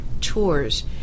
tours